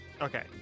Okay